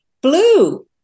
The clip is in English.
Blue